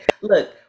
Look